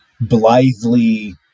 blithely